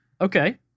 Okay